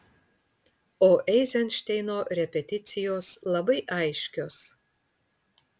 o eizenšteino repeticijos labai aiškios